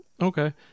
Okay